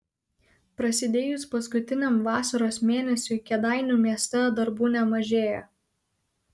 prasidėjus paskutiniam vasaros mėnesiui kėdainių mieste darbų nemažėja